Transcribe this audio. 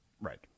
Right